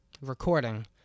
recording